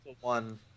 one